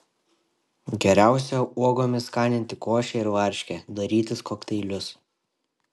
geriausia uogomis skaninti košę ir varškę darytis kokteilius